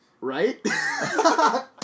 Right